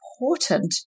important